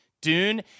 Dune